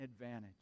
advantage